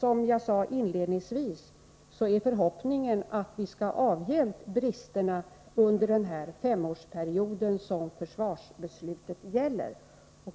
Som jag sade inledningsvis är förhoppningen att vi skall kunna avhjälpa bristerna under den femårsperiod som försvarsbeslutet gäller.